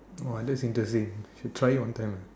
!wah! that's interesting I should try it one time ah